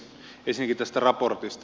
ensinnäkin tästä raportista